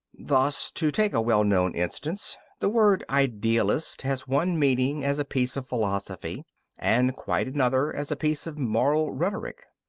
thus, to take a well-known instance, the word idealist has one meaning as a piece of philosophy and quite another as a piece of moral rhetoric.